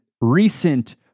recent